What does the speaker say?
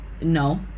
No